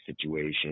situation